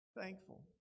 thankful